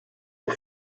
aux